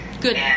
Good